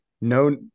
no